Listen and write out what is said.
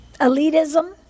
elitism